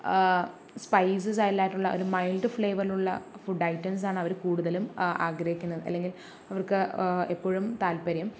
spices അല്ലായിട്ടുള്ള ഒരു mild ഫ്ലേവറിൽ ഉള്ള ഫുഡ് ഐറ്റംസ് ആണ് അവർ കൂടുതലും ആഗ്രഹിക്കുന്നത് അല്ലെങ്കിൽ അവർക്ക് എപ്പോഴും താത്പര്യം